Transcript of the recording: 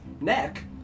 neck